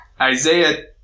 isaiah